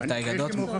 איתי גדות,